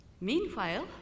Meanwhile